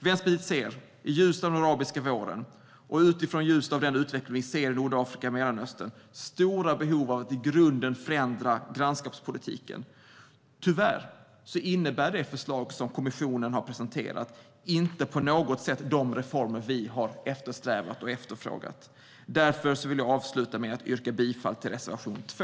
Vänsterpartiet anser i ljuset av den arabiska våren och i ljuset av den utveckling vi ser i Nordafrika och Mellanöstern att det finns stora behov av att i grunden förändra grannskapspolitiken. Tyvärr innebär det förslag som kommissionen har presenterat inte på något sätt de reformer vi har eftersträvat och efterfrågat. Därför vill jag avsluta med att yrka bifall till reservation 2.